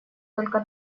только